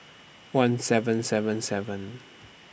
one seven seven seven